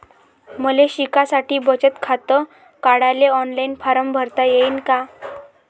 मले शिकासाठी बचत खात काढाले ऑनलाईन फारम भरता येईन का?